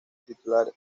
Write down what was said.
titular